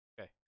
Okay